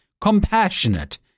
compassionate